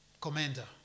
commander